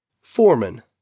Foreman